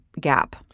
gap